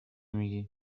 میگی